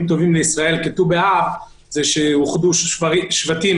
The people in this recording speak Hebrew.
טובים לישראל כט"ו באב זה שאוחדו שבטים,